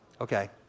Okay